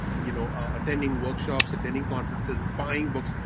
you know attending workshops, attending conferences, buying books.